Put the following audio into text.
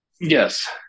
Yes